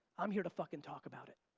i'm here to fuckin' talk about it.